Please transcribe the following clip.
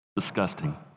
Disgusting